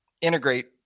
integrate